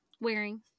wearing